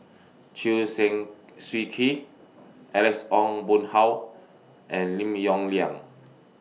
Chew Swee Kee Alex Ong Boon Hau and Lim Yong Liang